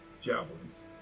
javelins